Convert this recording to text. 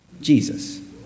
Jesus